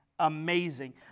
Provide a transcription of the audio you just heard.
Amazing